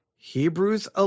Hebrews